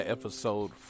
episode